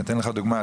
אתן לך דוגמא,